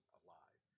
alive